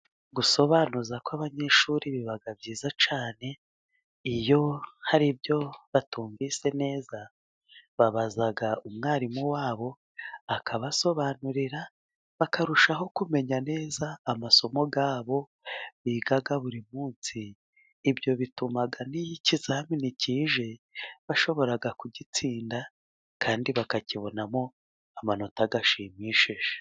Gusobanuza kw'abanyeshuri biba byiza cyane, iyo hari ibyo batumvise neza, babaza umwarimu wabo akabasobanurira, bakarushaho kumenya neza amasomo yabo, biga buri munsi, ibyo bituma n'iyo ikizamini kije, bashobora kugitsinda, kandi bakakibonamo amanota ashimishije.